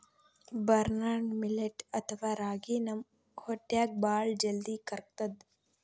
barnyard millet ಅಥವಾ ರಾಗಿ ನಮ್ ಹೊಟ್ಟ್ಯಾಗ್ ಭಾಳ್ ಜಲ್ದಿ ಕರ್ಗತದ್